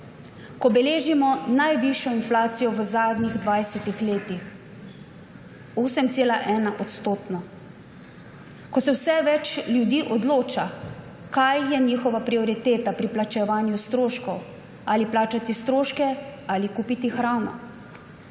ko beležimo najvišjo inflacijo v zadnjih 20 letih, 8,1-odstotno, ko se vse več ljudi odloča, kaj je njihova prioriteta pri plačevanju stroškov, ali plačati stroške ali kupiti hrano.